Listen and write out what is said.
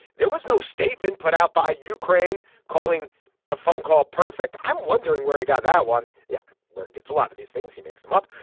there was no statement put out by ukraine calling the phone call perfect. i'm wondering where he got that one. yeah where it gets a lot of these things he makes them up.